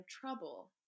trouble